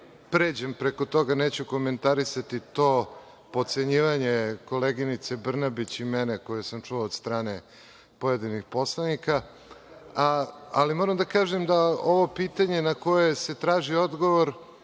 ću preko toga, neću komentarisati to potcenjivanje koleginice Brnabić i mene koje sam čuo od strane pojedinih poslanika. Moram da kažem da ovo pitanje na koje se traži odgovor,